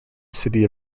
city